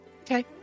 Okay